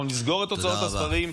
אנחנו נסגור את הוצאות הספרים,